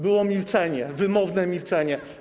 Było milczenie, wymowne milczenie.